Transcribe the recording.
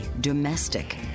domestic